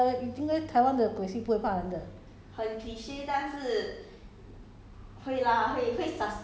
taiwan 的鬼戏会怕人 !huh! err 雨停跟 taiwan 的鬼戏不会怕人的